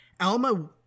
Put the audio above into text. alma